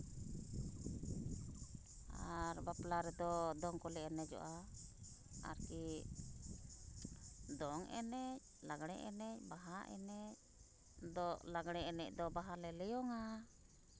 ᱟᱨ ᱵᱟᱯᱞᱟ ᱨᱮᱫᱚ ᱫᱚᱝ ᱠᱚᱞᱮ ᱮᱱᱮᱡᱚᱜᱼᱟ ᱟᱨᱠᱤ ᱫᱚᱝ ᱮᱱᱮᱡ ᱞᱟᱜᱽᱬᱮ ᱮᱱᱮᱡ ᱵᱟᱦᱟ ᱮᱱᱮᱡ ᱫᱚ ᱞᱟᱜᱽᱬᱮ ᱮᱱᱮᱡ ᱫᱚ ᱵᱟᱦᱟ ᱞᱮ ᱞᱮᱭᱳᱝᱟ